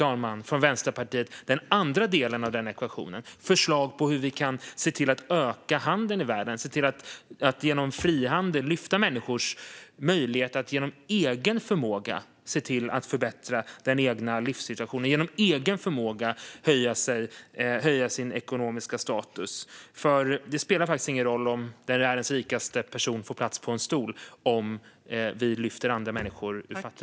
Jag saknar från Vänsterpartiets sida den andra delen av ekvationen, det vill säga förslag på hur vi kan öka handeln i världen, att genom frihandel lyfta människors förmåga att förbättra den egna livssituationen, genom egen förmåga höja sin ekonomiska status. Det spelar ingen roll om världens rikaste person får plats på en stol om vi lyfter andra människor ur fattigdom.